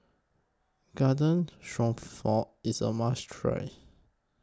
Garden Stroganoff IS A must Try